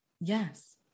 yes